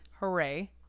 Hooray